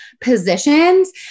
positions